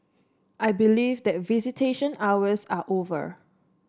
I believe that visitation hours are over